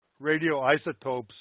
radioisotopes